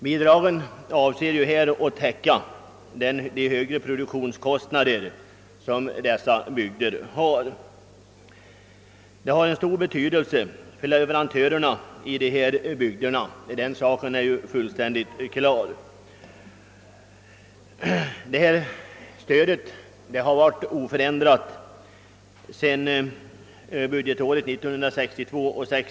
Bidragen avser ju att täcka de högre produktionskostnaderna i dessa bygder, och att de har stor betydelse för leverantörerna i dessa bygder är fullständigt klart. Det aktuella stödet har varit oförändrat sedan budgetåret 1962/63.